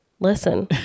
Listen